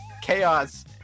chaos